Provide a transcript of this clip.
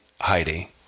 Heidi